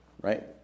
right